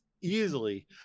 easily